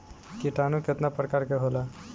किटानु केतना प्रकार के होला?